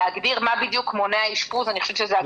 להגדיר מה בדיוק מונע אשפוז אני חושבת שזו הגדרה מורכבת.